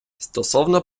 стосовно